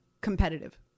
competitive